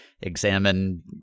examine